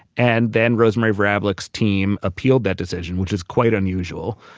and then rosemary vrablic's team appealed that decision, which is quite unusual.